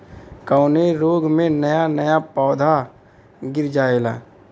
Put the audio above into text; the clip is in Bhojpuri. कवने रोग में नया नया पौधा गिर जयेला?